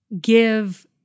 give